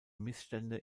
missstände